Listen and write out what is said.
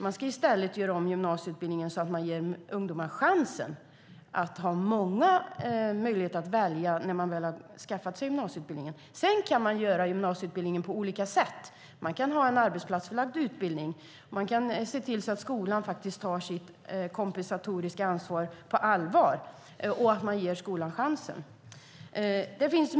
I stället ska man göra om gymnasieutbildningen så att ungdomar ges chansen att ha många möjligheter att välja när de väl har skaffat sig gymnasieutbildningen. Sedan kan man göra gymnasieutbildningen på olika sätt. Man kan ha en arbetsplatsförlagd utbildning. Man kan se till att skolan tar sitt kompensatoriska ansvar på allvar och ge skolan chansen.